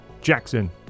Jackson